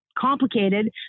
complicated